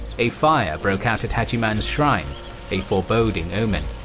a fire broke out at hachiman's shrine a foreboding omen.